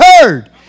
heard